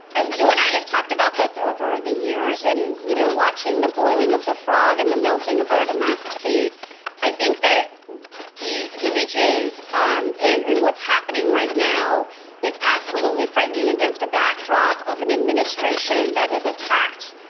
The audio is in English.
ah you and i have talked about this over the years and, you know, watching the boiling of the frog and the melting of our democracy i think that these images um and and what's happening right now is absolutely frightening against a backdrop of an administration that has attacked,